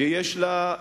שיש לה,